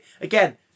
again